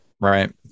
Right